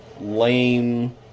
Lame